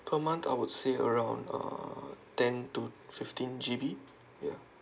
per month I would say around uh ten to fifteen G_B ya